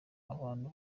abantu